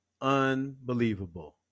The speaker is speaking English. unbelievable